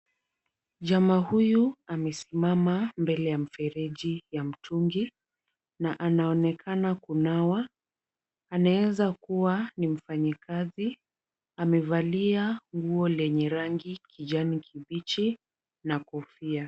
Jamaa huyu amesimama mbele ya mfereji ya mtungi na anaonekana kunawa, anaweza kuwa ni mfanyakazi amevalia nguo lenye rangi kijani kibichi na kofia.